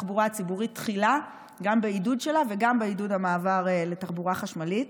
"תחבורה ציבורית תחילה" גם בעידוד שלה וגם בעידוד המעבר לתחבורה חשמלית.